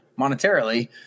monetarily